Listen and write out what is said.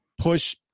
push